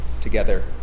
together